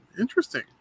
Interesting